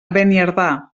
beniardà